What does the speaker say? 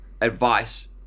advice-